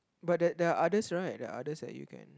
but the the others right the others that you can